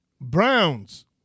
Browns